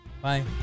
Bye